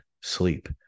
sleep